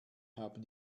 haben